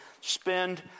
spend